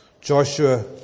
Joshua